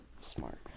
smart